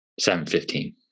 715